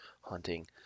hunting